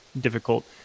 difficult